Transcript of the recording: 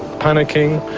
panicking,